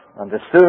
understood